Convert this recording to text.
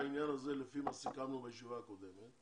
העניין הזה לפי מה שסיכמנו בישיבה הקודמת.